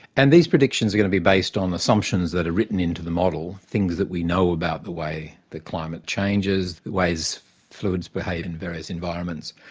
and these predictions are going to be based on assumptions that are written into the model, things that we know about the way the climate changes, the ways fluids behave in various environments.